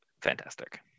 fantastic